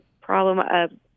problem